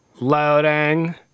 Loading